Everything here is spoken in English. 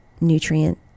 nutrient